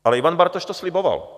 Ale Ivan Bartoš to sliboval.